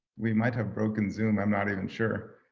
we might have broken zoom, i'm not even sure.